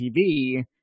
TV